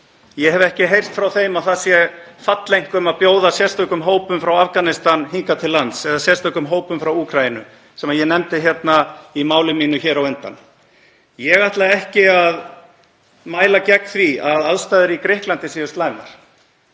Ég hef ekki heyrt frá þeim að það sé falleinkunn að bjóða sérstökum hópum frá Afganistan hingað til lands eða sérstökum hópum frá Úkraínu sem ég nefndi hérna í máli mínu hér á undan. Ég ætla ekki að mæla gegn því að aðstæður í Grikklandi séu slæmar.